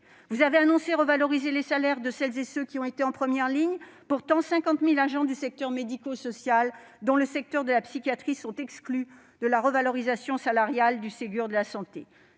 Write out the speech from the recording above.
Vous avez annoncé vouloir revaloriser les salaires de celles et ceux qui ont été en première ligne. Pourtant, 50 000 agents du secteur médico-social, dont le secteur de la psychiatrie, sont exclus de la revalorisation salariale du Ségur de la santé.